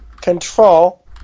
Control